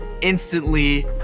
instantly